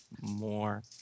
more